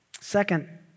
Second